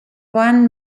one